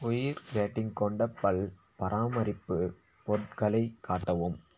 உயிர் ரேட்டிங் கொண்ட பல் பராமரிப்பு பொருட்களை காட்டவும்